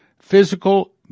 physical